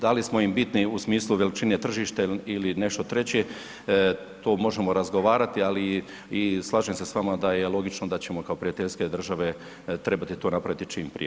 Da li smo im bitni u smislu veličine tržišta ili nešto treće to možemo razgovarati, ali i slažem se s vama da je logično da ćemo kao prijateljske države trebati to napraviti čim prije.